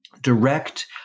direct